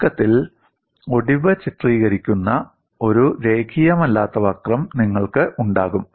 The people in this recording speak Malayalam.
ചുരുക്കത്തിൽ ഒടിവ് ചിത്രീകരിക്കുന്ന ഒരു രേഖീയമല്ലാത്ത വക്രം നിങ്ങൾക്ക് ഉണ്ടാകും